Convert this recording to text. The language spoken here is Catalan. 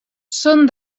són